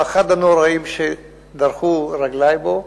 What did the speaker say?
אחד הנוראיים שרגלי דרכו בו,